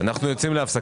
10:38.)